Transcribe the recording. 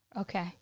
Okay